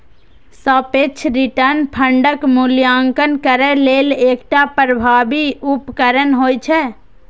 सापेक्ष रिटर्न फंडक मूल्यांकन करै लेल एकटा प्रभावी उपकरण होइ छै